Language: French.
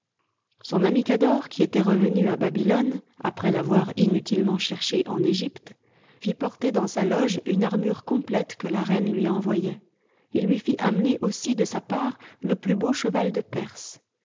son ami cador qui était revenu à babylone après l'avoir inutilement cherché en egypte fit porter dans sa loge une armure complète que la reine lui envoyait il lui fit amener aussi de sa part le plus beau cheval de perse